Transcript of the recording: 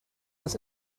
this